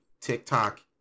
TikTok